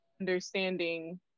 understanding